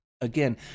again